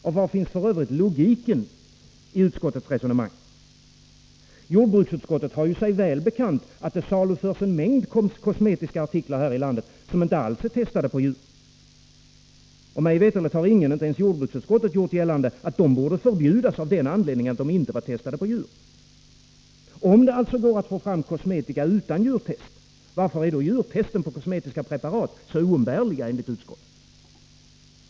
Och var finns f. ö. logiken i utskottets resonemang? Jordbruksutskottet har sig väl bekant att det saluförs en mängd kosmetiska artiklar här i landet som inte alls är testade på djur. Mig veterligen har ingen, inte ens någon i jordbruksutskottet, gjort gällande att dessa artiklar borde förbjudas av den anledningen. Om det alltså går att få fram kosmetika utan djurtest, varför är då djurtest på kosmetiska preparat så oumbärliga enligt utskottet?